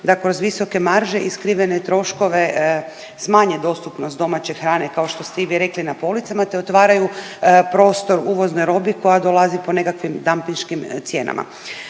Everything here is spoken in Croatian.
da kroz visoke marže i skrivene troškove smanje dostupnost domaće hrane kao što ste i vi rekli na policama te otvaraju prostor uvoznoj robi koja dolazi po nekakvim dampinškim cijenama.